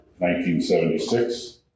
1976